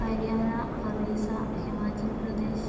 Haryana Orissa Himachal Pradesh